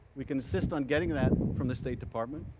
we can insist on getting that from the state department.